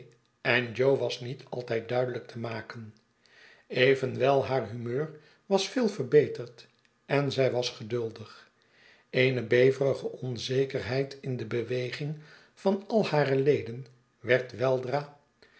en jo was niet altiid duidelijk te maken evenwel haar humeur was veel verbeterd en zij was geduldig eene beverige onzekerheid in de beweging van al hare leden werd weldra